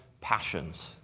passions